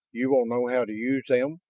you will know how to use them?